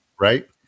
right